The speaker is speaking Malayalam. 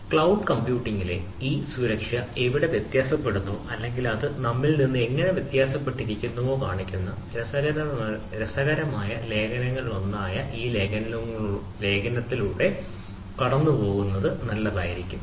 ക്ലൌഡ് കമ്പ്യൂട്ടിംഗിലെ ഈ സുരക്ഷ എവിടെ വ്യത്യാസപ്പെടുന്നുവെന്നോ അല്ലെങ്കിൽ അത് നമ്മിൽ നിന്ന് എങ്ങനെ വ്യത്യാസപ്പെട്ടിരിക്കുന്നുവെന്നോ കാണിക്കുന്ന രസകരമായ ലേഖനങ്ങളിലൊന്നായ ഈ ലേഖനങ്ങളിലൂടെ കടന്നുപോകുന്നത് നല്ലതായിരിക്കും